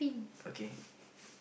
okay